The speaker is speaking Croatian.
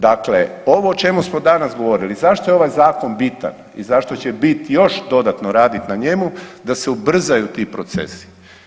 Dakle, ovo o čemu smo danas govorili, zašto je ovaj zakon bitan i zašto će bit još dodatno radit na njemu da se ubrzaju ti procesi.